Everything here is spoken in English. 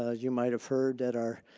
ah you might have heard that our